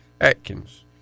Atkins